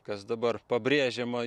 kas dabar pabrėžiama